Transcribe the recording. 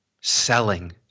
selling